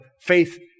faith